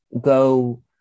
go